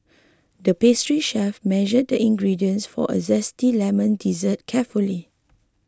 the pastry chef measured the ingredients for a Zesty Lemon Dessert carefully